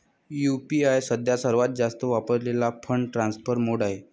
UPI सध्या सर्वात जास्त वापरलेला फंड ट्रान्सफर मोड आहे